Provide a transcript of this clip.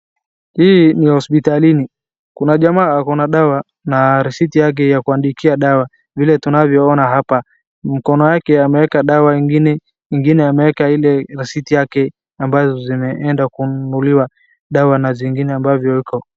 Hii ni hospitalini, kuna jamaa akona dawa na risiti yake ya kuandikia dawa, vile tunavyoona hapa. Mkono yake ameweka dawa ingine, ingine ameweka ile risiti yake ambazo zinaenda kununuliwa dawa na zingine ambavyo iko.